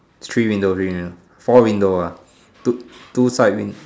three windows wind four window uh two two type wind